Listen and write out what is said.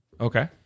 Okay